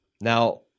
Now